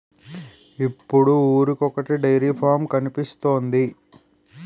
ఇప్పుడు ఊరికొకొటి dairy farm కనిపిస్తోంది